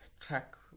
track